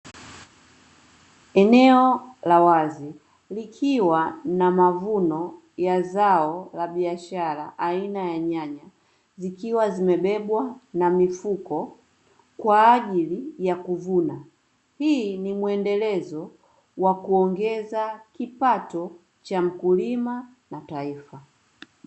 Eneo la wazi likiwa na mavuno ya zao la biashara aina ya nyanya zikiwa zimebebwa na mifuko kwa ajili ya kuvuna. Hii ni muendelezo wa kuongeza kipato cha mkulima na taifa.